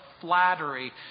flattery